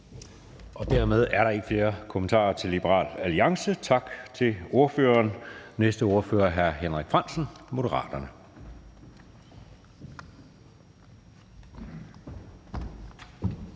Dermed er der ikke flere kommentarer til Liberal Alliance. Tak til ordføreren. Næste ordfører er hr. Henrik Frandsen, Moderaterne.